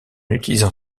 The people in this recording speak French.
utilisant